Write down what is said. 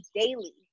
daily